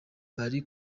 bari